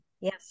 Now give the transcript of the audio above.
Yes